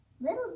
Little